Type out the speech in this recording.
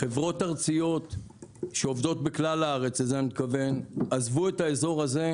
חברות ארציות שעובדות בכלל הארץ לזה אני מתכוון - עזבו את האזור הזה,